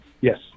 yes